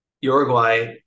Uruguay